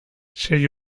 sei